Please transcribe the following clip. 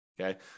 Okay